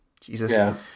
Jesus